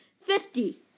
Fifty